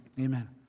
Amen